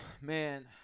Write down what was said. man